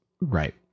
Right